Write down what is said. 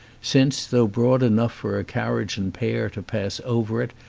since, though broad enough for a carriage and pair to pass over it,